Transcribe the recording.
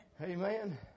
Amen